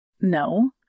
No